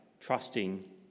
trusting